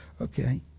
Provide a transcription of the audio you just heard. Okay